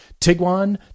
Tiguan